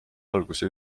alguse